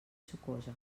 sucosa